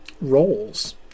roles